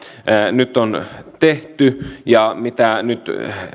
nyt on tehty ja mitä nyt